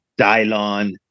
dylon